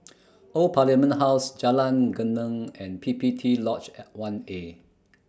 Old Parliament House Jalan Geneng and P P T Lodge and one A